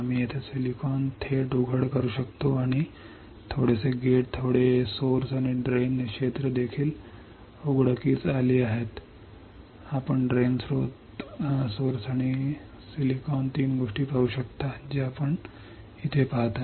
आम्ही येथे सिलिकॉन थेट उघड करू शकतो आणि थोडेसे गेट थोडे स्त्रोत आणि ड्रेन क्षेत्रे देखील उघडकीस आली आहेत आपण ड्रेन स्त्रोत आणि सिलिकॉन तीन गोष्टी पाहू शकता जे आपण पाहू शकता